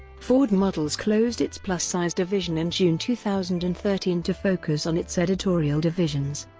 ford models closed its plus-size division in june two thousand and thirteen to focus on its editorial divisions.